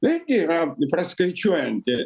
vėlgi yra praskaičiuojanti